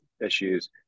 issues